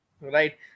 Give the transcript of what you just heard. Right